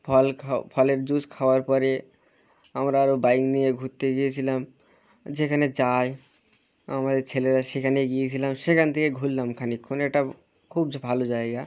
ফল খা ফলের জুস খাওয়ার পরে আমরা আরও বাইক নিয়ে ঘুরতে গিয়েছিলাম যেখানে যাই আমাদের ছেলেরা সেখানে গিয়েছিলাম সেখান থেকে ঘুরলাম খানিকক্ষণ এটা খুব ভালো জায়গা